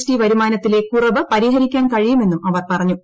T വരുമാനത്തിലെ കുറവ് പരിഹരിക്കാൻ കഴിയുമെന്നും അവർ പറഞ്ഞു